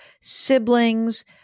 siblings